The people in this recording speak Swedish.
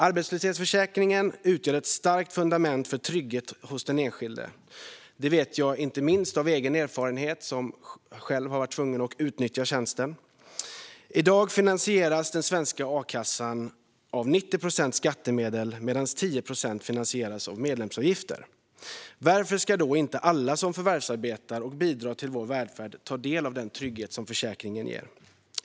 Arbetslöshetsförsäkringen utgör ett starkt fundament för trygghet hos den enskilde. Det vet jag inte minst av egen erfarenhet; jag har själv varit tvungen att utnyttja tjänsten. I dag finansieras den svenska a-kassan till 90 procent med skattemedel, medan 10 procent finansieras med medlemsavgifter. Varför ska då inte alla som förvärvsarbetar och bidrar till vår välfärd kunna ta del av den trygghet som försäkringen ger?